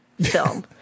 film